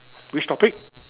which topic